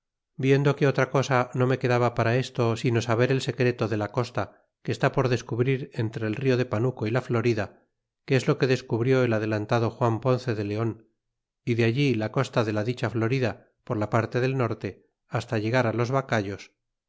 viendo que otra cosa no me quedaba para esto sino saber el secreto de la costa que está por descubrir entre cirio de panuco y la florida que es lo que descubrió el adelantado juan ponce de lema y de alli la costa de la dicha florida por la parte del norte hasta llegar á los bacallos